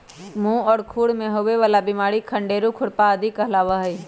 मुह और खुर में होवे वाला बिमारी खंडेरू, खुरपा आदि कहलावा हई